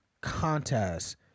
contest